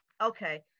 Okay